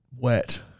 Wet